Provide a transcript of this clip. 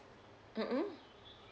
mmhmm